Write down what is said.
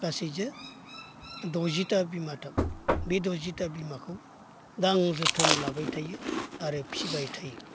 गासैजों दजिथा बिमा थाबाय बे दजिथा बिमाखौ दा आं जोथोन लाबाय थायो आरो फिसिबाय थायो